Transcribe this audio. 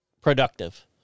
productive